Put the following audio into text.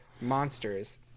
monsters